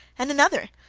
and another.